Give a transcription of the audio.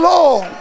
Lord